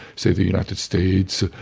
say the united states,